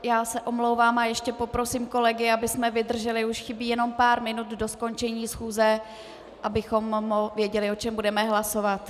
Já se omlouvám, ještě poprosím kolegy, abychom vydrželi, už chybí jenom pár minut do skončení schůze, abychom věděli, o čem budeme hlasovat.